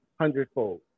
hundredfold